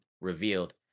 revealed